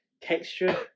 texture